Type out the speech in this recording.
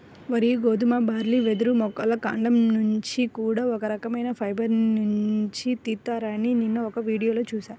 వరి, గోధుమ, బార్లీ, వెదురు మొక్కల కాండం నుంచి కూడా ఒక రకవైన ఫైబర్ నుంచి తీత్తారని నిన్న ఒక వీడియోలో చూశా